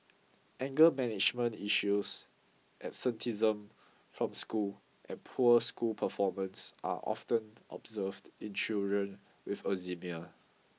anger management issues absenteeism from school and poor school performance are often observed in children with eczema